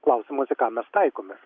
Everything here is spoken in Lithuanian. klausimas į ką mes taikomės